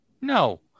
No